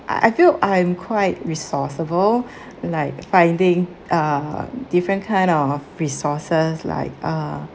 I feel I'm quiet resourceable like finding uh different kind of resources like uh